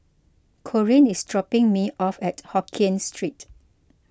Corene is dropping me off at Hokien Street